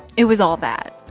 it was all that.